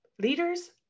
leaders